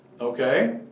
Okay